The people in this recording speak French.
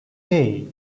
hey